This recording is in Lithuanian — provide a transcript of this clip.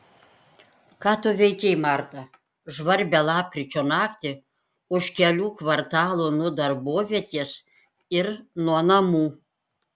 ką tu veikei marta žvarbią lapkričio naktį už kelių kvartalų nuo darbovietės ir nuo namų